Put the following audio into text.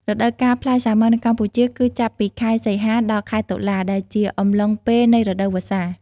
រដូវកាលផ្លែសាវម៉ាវនៅកម្ពុជា គឺចាប់ពី ខែសីហា ដល់ខែតុលា ដែលជាអំឡុងពេលនៃ រដូវវស្សា។